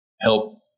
help